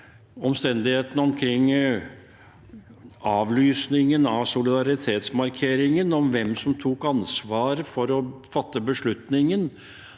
omstendighetene omkring avlysningen av solidaritetsmarkeringen – om hvem som tok ansvar for å fatte beslutningen,